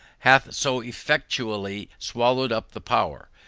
hath so effectually swallowed up the power,